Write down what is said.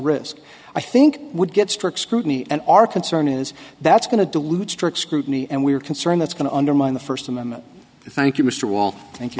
risk i think would get strict scrutiny and our concern is that's going to dilute strict scrutiny and we're concerned that's going to undermine the first amendment thank you mr walsh thank you